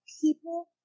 people